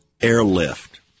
airlift